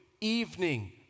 evening